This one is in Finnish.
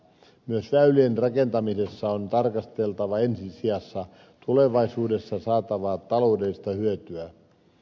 myös väylien rakentamisessa on tarkasteltava ensi sijassa tulevaisuudessa saatavaa taloudellista hyötyä